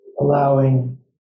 allowing